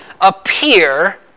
appear